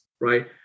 right